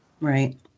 right